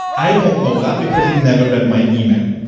i don't know that. because he never read my email.